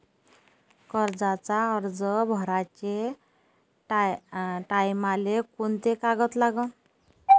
कर्जाचा अर्ज भराचे टायमाले कोंते कागद लागन?